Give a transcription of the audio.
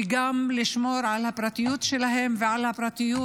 וגם לשמור על הפרטיות שלהם ועל הפרטיות